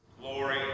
Glory